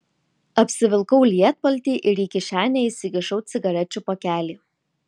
apsivilkau lietpaltį ir į kišenę įsikišau cigarečių pakelį